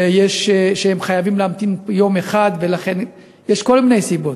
הם חייבים להמתין יום אחד, יש כל מיני סיבות.